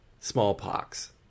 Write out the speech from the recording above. smallpox